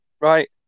right